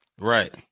Right